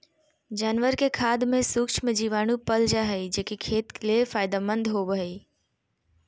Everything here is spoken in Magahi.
जानवर के खाद में सूक्ष्म जीवाणु पाल जा हइ, जे कि खेत ले फायदेमंद होबो हइ